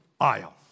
aisle